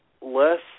less